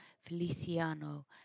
Feliciano